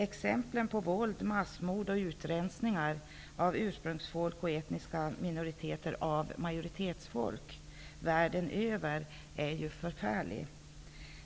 Exemplen på våld, massmord och utrensningar av ursprungsfolk och etniska minoriteter världen över är ju förfärliga.